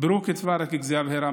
ואני מתעכב,